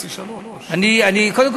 קודם כול אני מבקש,